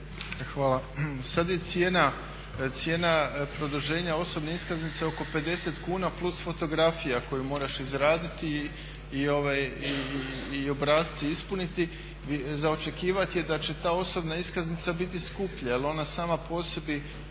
Hvala. Sad je cijena produženja osobne iskaznice oko 50 kuna plus fotografija koju moraš izraditi i obrasce ispuniti. Za očekivati je da će ta osobna iskaznica biti skuplja jer ona sama po sebi